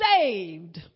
saved